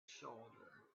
shoulder